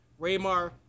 Raymar